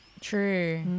True